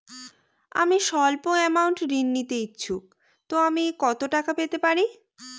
আমি সল্প আমৌন্ট ঋণ নিতে ইচ্ছুক তো আমি কত টাকা পেতে পারি?